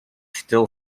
still